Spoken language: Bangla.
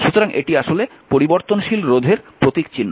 সুতরাং এটি আসলে পরিবর্তনশীল রোধের প্রতীকচিহ্ন